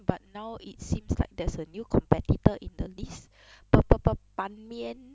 but now it seems like there's a new competitor in the list 板面